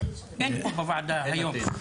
אין פה בוועדה היום.